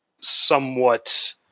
somewhat